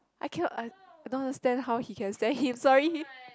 I cannot I I don't understand how he can stand him sorry